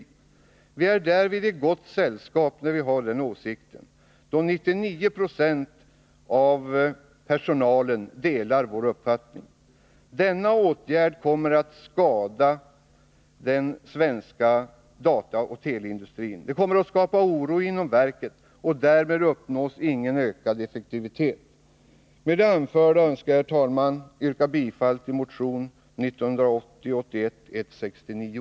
När vi har den åsikten är vi i gott sällskap, eftersom 99 26 av personalen delar vår uppfattning att denna åtgärd kommer att skada den svenska dataoch teleindustrin. Den kommer att skapa oro inom verket, och därmed uppnås ingen ökad effektivitet. Med det anförda önskar jag, herr talman, yrka bifall till motion 1980/81:169.